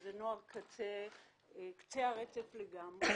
זה נוער קצה הרצף לגמרי.